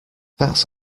that’s